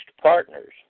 partners